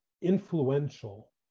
influential